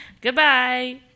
Goodbye